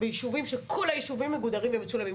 ביישובים כשכל היישובים מגודרים ומצולמים.